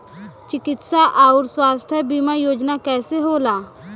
चिकित्सा आऊर स्वास्थ्य बीमा योजना कैसे होला?